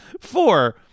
Four